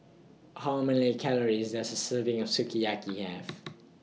How Many Calories Does A Serving of Sukiyaki Have